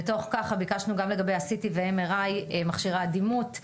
בתוך כך ביקשנו גם לגבי מכשירי הדימות,